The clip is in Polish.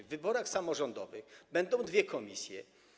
W wyborach samorządowych będą dwie komisje.